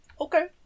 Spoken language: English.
Okay